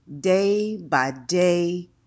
day-by-day